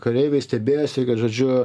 kareiviai stebėjosi kad žodžiu